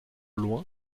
loin